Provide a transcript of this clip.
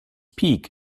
peak